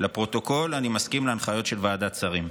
לפרוטוקול, אני מסכים להנחיות של ועדת שרים.